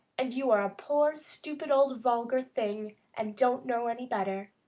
and you are a poor, stupid, old, vulgar thing, and don't know any better.